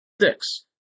six